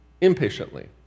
impatiently